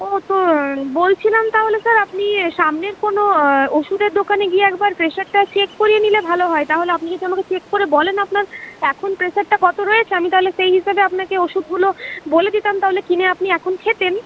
ও তো বলছিলাম তাহলে স্যার আপনি সামনের কোনো ওষুধের দোকানে গিয়ে একবার প্রেশারটা চেক করিয়ে নিলে ভালো হয় তাহলে আপনি যদি আমাকে চেক করে বলেন আপনার এখন প্রেশারটা কত রয়েছে আমি তাহলে সেই হিসাবে আপনাকে ওষুধগুলো বলে দিতাম তাহলে কিনে আপনি এখন খেতেন